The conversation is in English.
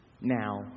Now